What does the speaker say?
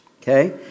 Okay